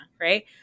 right